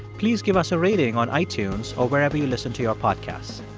please give us a rating on itunes or wherever you listen to your podcasts.